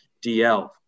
DL